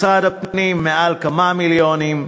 משרד הפנים, יותר מכמה מיליונים,